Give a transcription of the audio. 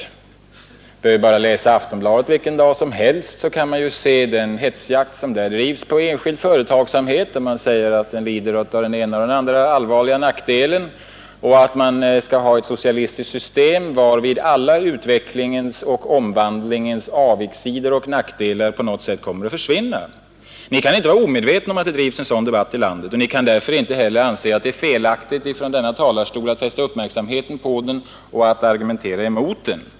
Man behöver bara läsa Aftonbladet vilken dag som helst, så kan man se den hetsjakt som där drivs på enskild företagsamhet, då man säger att den lider av både den ena och den andra allvarliga nackdelen och att man skall ha ett socialistiskt system varvid alla utvecklingens och omvandlingens avigsidor och nackdelar på något sätt kommer att försvinna. Ni kan inte vara omedveten om att det drivs en sådan debatt i landet. Ni kan därför inte heller anse att det är felaktigt att från denna talarstol fästa uppmärksamheten på den och argumentera mot den.